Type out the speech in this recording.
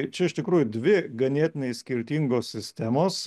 čia iš tikrųjų dvi ganėtinai skirtingos sistemos